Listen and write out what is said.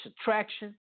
attraction